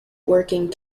working